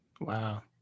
Wow